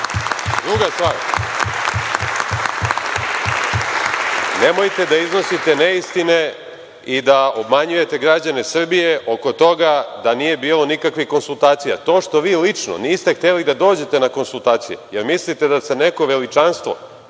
tačno. Druga stvar, nemojte da iznosite neistine i da obmanjujete građane Srbije oko toga da nije bilo nikakvih konsultacija. To što vi lično niste hteli da dođete na konsultacije jer mislite da ste neko veličanstvo